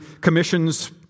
commissions